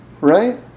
right